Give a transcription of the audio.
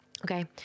okay